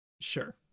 Sure